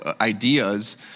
ideas